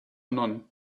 none